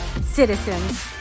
citizens